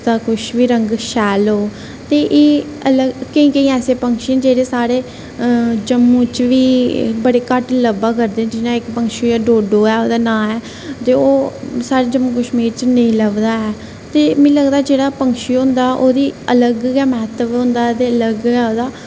दा कुछ बी रंग शैल होग ते एह् केईं केईं ऐसे पंछी न जेह्ड़े साढ़े जम्मू च बी बड़े घट्ट लब्भा करदे न जियां इक पंछी ऐ डोडो ऐ ओह्दा नांऽ ऐ ते ओह् साढ़े जम्मू कश्मीर च नेईं लभदा ऐ ते मिगी लगदा जेह्ड़ा पंछी होंदा ओह्दी अलग गै म्हत्तव होंदा ते अलग गै ओह्दा